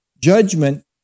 Judgment